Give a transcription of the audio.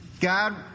God